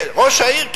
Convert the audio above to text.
ראש העיר?